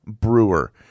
brewer